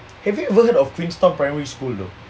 have you ever heard of queenstown primary school though